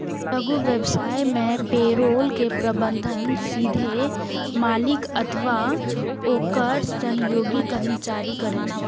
लघु व्यवसाय मे पेरोल के प्रबंधन सीधे मालिक अथवा ओकर सहयोगी कर्मचारी करै छै